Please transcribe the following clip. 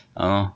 !hannor!